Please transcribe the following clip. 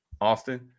Austin